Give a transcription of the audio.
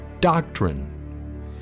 doctrine